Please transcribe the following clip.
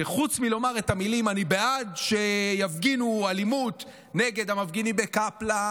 שחוץ מלומר את המילים: אני בעד שיפגינו אלימות נגד המפגינים בקפלן,